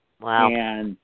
Wow